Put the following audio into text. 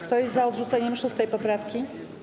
Kto jest za odrzuceniem 6. poprawki?